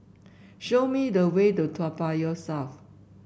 show me the way to Toa Payoh South